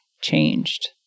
changed